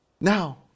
Now